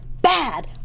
Bad